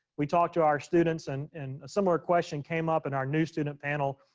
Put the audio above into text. we talked to our students and and a similar question came up in our new student panel.